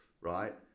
right